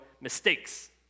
mistakes